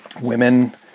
women